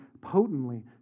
potently